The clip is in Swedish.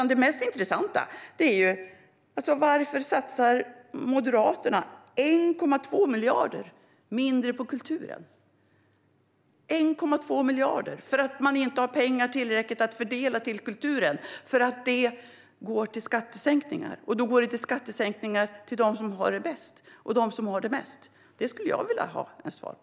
Det mest intressanta är varför Moderaterna satsar 1,2 miljarder mindre på kulturen - 1,2 miljarder mindre för att man inte har tillräckligt med pengar att fördela till kulturen. De går till skattesänkningar, och då går de till skattesänkningar till dem som har det bäst och har mest. Det skulle jag vilja ha ett svar på.